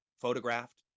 photographed